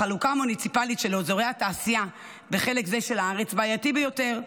החלוקה המוניציפלית של אזורי התעשייה בחלק זה של הארץ בעייתית ביותר.